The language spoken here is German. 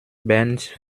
bernd